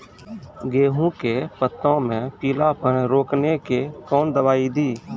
गेहूँ के पत्तों मे पीलापन रोकने के कौन दवाई दी?